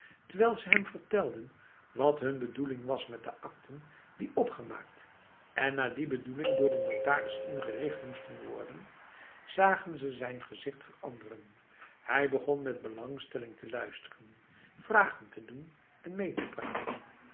terwijl ze hem vertelden wat hun bedoeling was met de akten die opgemaakt en naar die bedoeling door de notaris ingericht moesten worden zagen ze zijn gezicht veranderen hij begon met belangstelling te luisteren vragen te doen en mee te praten